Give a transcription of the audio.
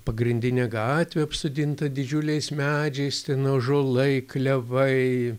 pagrindinė gatvė apsodinta didžiuliais medžiais ten ąžuolai klevai